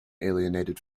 alienated